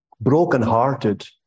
brokenhearted